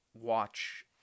watch